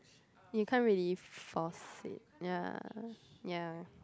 you can't really force it ya ya